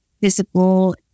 visible